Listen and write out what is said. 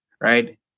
right